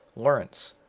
lawrence,